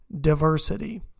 diversity